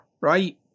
Right